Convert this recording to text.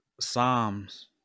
Psalms